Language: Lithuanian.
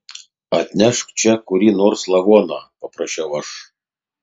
atnešk čia kurį nors lavoną paprašiau aš